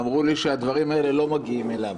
אמרו לי שהדברים האלה לא מגיעים אליו.